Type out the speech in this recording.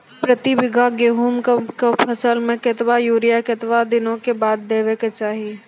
प्रति बीघा गेहूँमक फसल मे कतबा यूरिया कतवा दिनऽक बाद देवाक चाही?